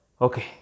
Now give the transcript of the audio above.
Okay